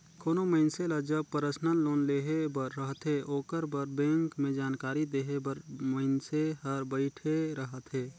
कोनो मइनसे ल जब परसनल लोन लेहे बर रहथे ओकर बर बेंक में जानकारी देहे बर मइनसे हर बइठे रहथे